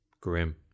Grim